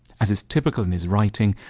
as is typical in his writing,